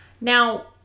Now